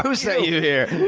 who sent you here?